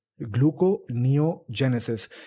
gluconeogenesis